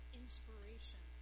inspiration